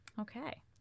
Okay